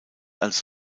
als